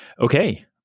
Okay